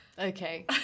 Okay